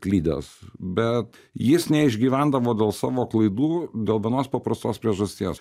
klydęs bet jis neišgyvendavo dėl savo klaidų dėl vienos paprastos priežasties